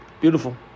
Beautiful